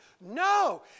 No